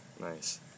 Nice